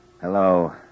Hello